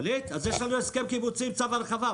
אז יש לנו הסכם קיבוצי עם צו הרחבה,